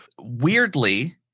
weirdly